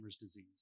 disease